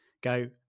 go